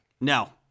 No